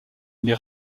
les